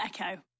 Echo